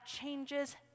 changes